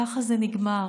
ככה זה נגמר,